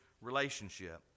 relationship